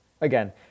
Again